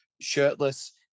shirtless